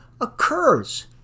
occurs